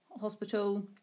hospital